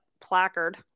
placard